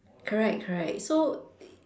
correct correct so